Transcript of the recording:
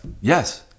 yes